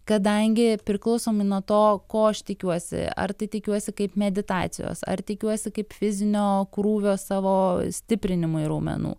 kadangi priklausomai nuo to ko aš tikiuosi ar tai tikiuosi kaip meditacijos ar tikiuosi kaip fizinio krūvio savo stiprinimui raumenų